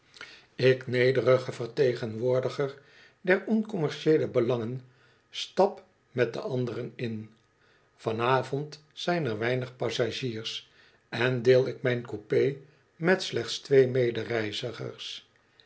ik nederige vertegenwoordiger der oncommercieele belangen stap met de anderen in van avond zijn er weinig passagiers en deel ik mijn coupé met slechts twee medereizigers